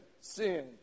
sin